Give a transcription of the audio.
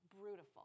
brutal